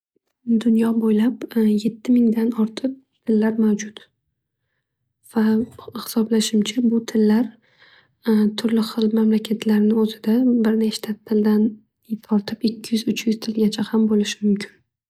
Dunyo bo'ylab yetti mingdan ortiq tillar mavjud. Va hisoblashimcha bu tillar turli xil mamlakatlarni o'zida bir nechta tildan tortib ikki yuz uch yuz tilgacha bo'lishi mumkin.